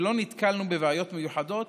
ולא נתקלנו בבעיות מיוחדות